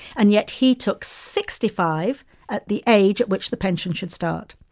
and yet he took sixty five at the age at which the pension should start.